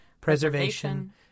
preservation